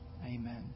Amen